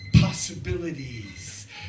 possibilities